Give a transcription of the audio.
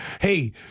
hey